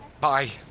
Bye